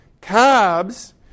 cabs